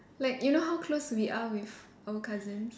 like you know how close we are with our cousins